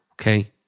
Okay